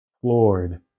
floored